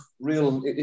real